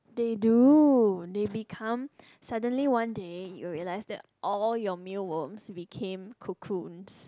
they do they become suddenly one day you realize that all your mealworms will became cocoons